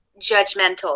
judgmental